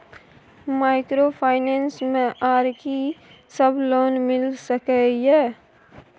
Microfinance मे आर की सब लोन मिल सके ये?